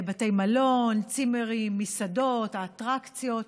בתי מלון, צימרים, מסעדות, אטרקציות,